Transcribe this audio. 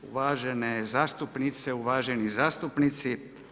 Uvažene zastupnice, uvaženi zastupnici.